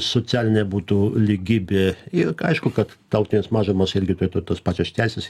socialinė būtų lygybė ir aišku kad tautinės mažumos irgi tos pačios teisės